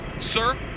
Sir